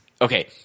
Okay